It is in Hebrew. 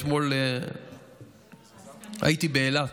אתמול הייתי באילת.